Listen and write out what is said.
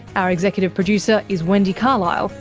our executive producer is wendy carlisle,